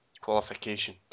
qualification